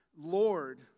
Lord